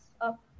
up